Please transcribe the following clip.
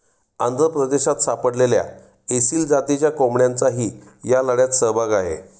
आंध्र प्रदेशात सापडलेल्या एसील जातीच्या कोंबड्यांचाही या लढ्यात सहभाग आहे